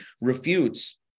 refutes